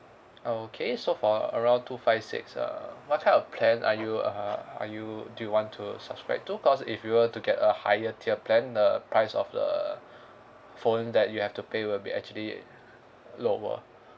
okay so for around two five six err what kind of plan are you err are you do you want to subscribe to cause if you were to get a higher tier plan the price of the phone that you have to pay will be actually lower